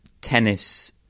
tennis